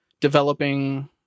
developing